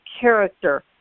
character